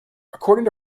according